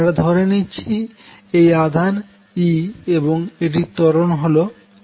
আমরা ধরে নিচ্ছি এই আধান হল e এবং এটির ত্বরণ হল a